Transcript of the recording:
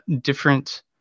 different